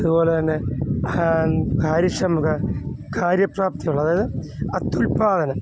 അതുപോലെ തന്നെ കാര്യക്ഷമത കാര്യപ്രാപ്തി ഉള്ള അതായത് അത്യുൽപ്പാദനം